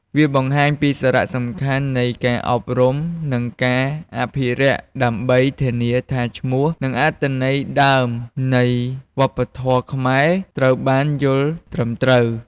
វាបង្ហាញពីសារៈសំខាន់នៃការអប់រំ និងការអភិរក្សដើម្បីធានាថាឈ្មោះ និងអត្ថន័យដើមនៃវប្បធម៌ខ្មែរត្រូវបានយល់ត្រឹមត្រូវ។